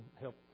help